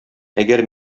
әгәр